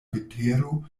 vetero